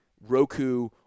Roku